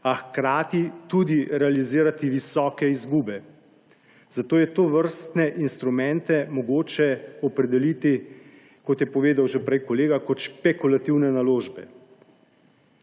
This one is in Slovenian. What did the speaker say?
a hkrati tudi realizirati visoke izgube. Zato je tovrstne instrumente mogoče opredeliti, kot je povedal že prej kolega, kot špekulativne naložbe.